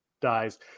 dies